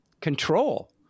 control